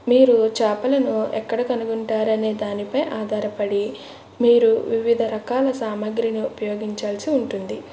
మీరు చాపలను ఎక్కడ కనుగొంటారు అనే దానిపై ఆధారపడి మీరు వివిధ రకాల సామాగ్రిని ఉపయోగించాల్సి ఉంటుంది